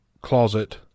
closet